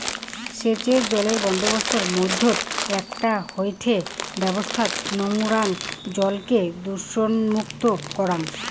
সেচের জলের বন্দোবস্তর মইধ্যে একটা হয়ঠে ব্যবহৃত নোংরা জলকে দূষণমুক্ত করাং